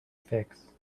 fix